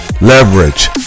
leverage